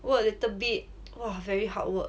work a little bit !wah! very hard work